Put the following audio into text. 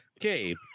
Okay